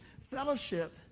Fellowship